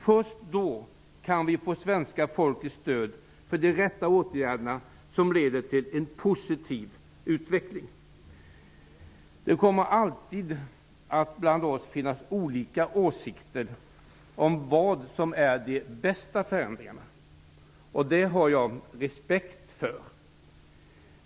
Först då kan vi få svenska folkets stöd för de rätta åtgärderna som leder till en positiv utveckling. Det kommer alltid att bland oss finnas olika åsikter om vad som är de bästa förändringarna. Det har jag respekt för.